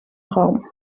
raum